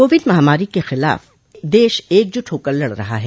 Covid महामारी के खिलाफ देश एकजुट होकर लड़ रहा है